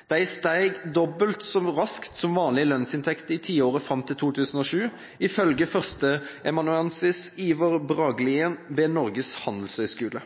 lederlønningene: De steg dobbelt så raskt som vanlige lønnsinntekter i tiåret fram til 2007, ifølge førsteamanuensis Iver Bragelien ved Norges Handelshøyskole.